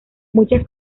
muchas